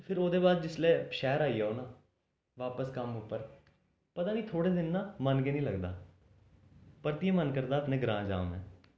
फ्ही ओह्दे बाद जिसलै शैह्र आई जाओ ना बापस कम्म उप्पर पता नेईं थैह्ड़े दिन ना मन गै निं लगदा परतियै मन करदा अपने ग्रांऽ जां में